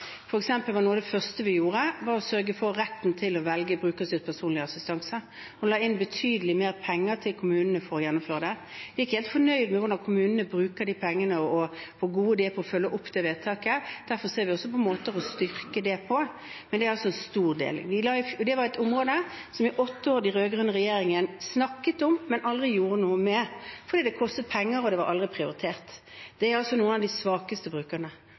Noe av det første vi gjorde, var f.eks. å sørge for retten til å velge brukerstyrt personlig assistanse, og vi la inn betydelig mer penger til kommunene for å gjennomføre det. Vi er ikke helt fornøyd med hvordan kommunene bruker de pengene, og hvor gode de er til å følge opp det vedtaket. Derfor ser vi også på måter å styrke det på, men det er altså en stor del. Det var et område som den rød-grønne regjeringen snakket om i åtte år, men aldri gjorde noe med, fordi det kostet penger og aldri var prioritert. Dette er altså noen av de svakeste brukerne.